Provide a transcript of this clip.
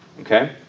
Okay